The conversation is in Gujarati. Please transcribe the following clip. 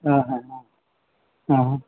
હાં હાં હાં હા હા